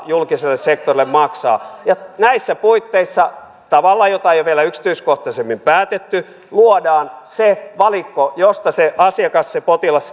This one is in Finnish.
julkiselle sektorille maksaa näissä puitteissa tavalla jota ei ole vielä yksityiskohtaisemmin päätetty luodaan se valikko josta se asiakas se potilas